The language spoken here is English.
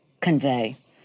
convey